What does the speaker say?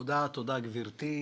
תודה, גברתי.